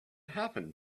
happened